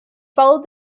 followed